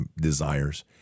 desires